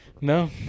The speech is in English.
No